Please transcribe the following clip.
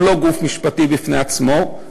הוא לא גוף משפטי בפני עצמו,